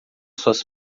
suas